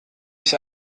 ich